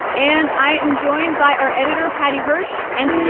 and i am joined by our editor, paddy hirsch. and today.